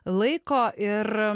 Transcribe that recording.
laiko ir